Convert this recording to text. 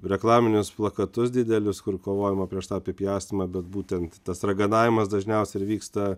reklaminius plakatus didelius kur kovojama prieš apipjaustymą bet būtent tas raganavimas dažniausiai ir vyksta